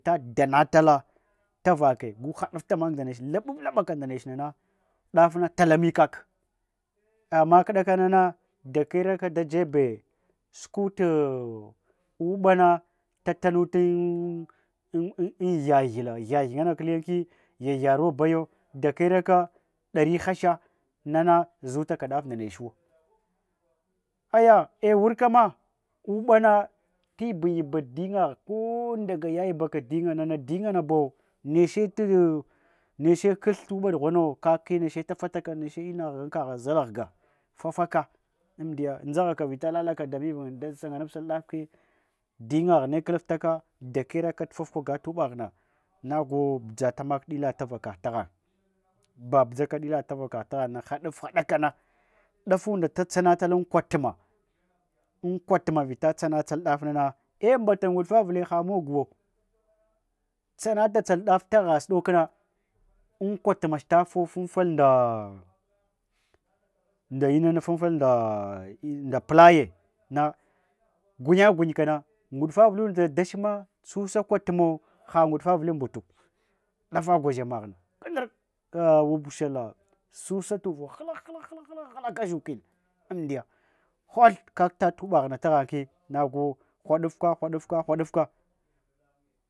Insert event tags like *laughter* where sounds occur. Ta danatala tavake guhaɗaftamak nda neche, luɓuflaɓaka nda nech nana, ɗafna-talami kak. Ama kɗakanana dakyavraka da jebe sukuku uɓana tatanutam *hesitation* gyagela, gyagya ngakulenki gyagya dakyaraka ɗari hasha nana zutaka ɗaf ndechuwo. Aya a wurkana uɓa na tayiban yibem dingagha, ko ndagu yayibaka dinga, ko ndaga yayibaka dingagha nana dingahabo neche krth tuɓ ɗughano kak ki neche tafataka neche inaghankagh zalaghga fafaka andiya dzaghaka vita lalaka da mivin da sanganapsal ɗafki dinga ne klaftaka dakeraka tafafugataka tuɓaghna, nagu dzatamaka ɗila tavakagh taghan. Babudzaka ɗila tavakagh taghan na haɗaf haɗana. ɗafunda tatsanan an kwatma, ei mbata nguɗfavile ha moguwo. Tsanatatsal ɗaf tagha suɗokna an kwatmach tafo funfal nda nda inana funful nda playe na, gunya gunykana, nguɗfavul lunda dachma susa kwatmo ha nguɗfavilan mbutu. ɗafa gwadzamagh dandraka wapwushala, susa tuva hlak, hlak, hlak dzukin amdiya hwath kak ta tuɓaghna taghanki nagu hoɗafka, hoɗafka, hoɗafka.